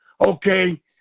okay